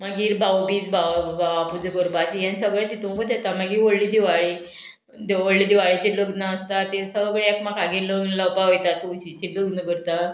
मागीर भाऊ बीज भाव भावा पुजा करपाची हें सगळें तितुंकूत येता मागीर व्हडली दिवाळी व्हडली दिवाळेचें लग्न आसता तें सगळें एकामेकागेर लग्न लावपा वयता तुळशीचें लग्न करता